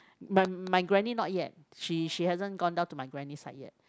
my my granny not yet she she hasn't gone down to my granny side yet